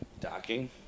Docking